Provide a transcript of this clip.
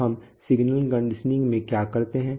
तो हम signal conditioning में क्या करते हैं